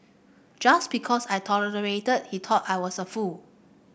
just because I tolerated he thought I was a fool